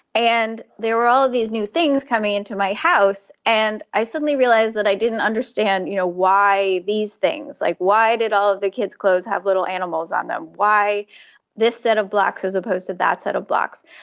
and there were all of these new things coming into my house, and i suddenly realised that i didn't understand you know why these things. like, why did all of the kids' clothes have little animals on them, why this set of blocks as opposed to that set of blocks.